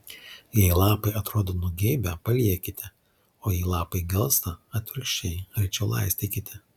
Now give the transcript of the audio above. jei lapai atrodo nugeibę paliekite o jei lapai gelsta atvirkščiai rečiau laistykite